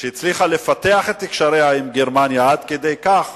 שהצליחה לפתח את קשריה עם גרמניה עד כדי כך